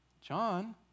John